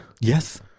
Yes